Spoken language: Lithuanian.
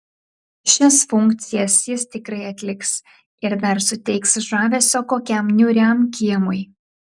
šias funkcijas jis tikrai atliks ir dar suteiks žavesio kokiam niūriam kiemui